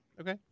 Okay